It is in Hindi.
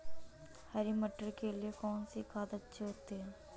हरी मटर के लिए कौन सी खाद अच्छी होती है?